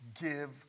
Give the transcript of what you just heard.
give